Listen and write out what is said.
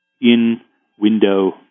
in-window